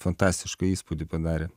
fantastišką įspūdį padarė